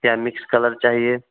क्या mix colour चाहिए